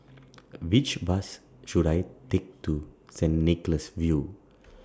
Which Bus should I Take to Saint Nicholas View